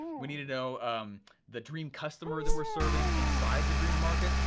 we need to know um the dream customer that we're serving inside the dream market,